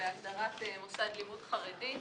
בהסדרת מוסד לימוד חרדי,